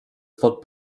third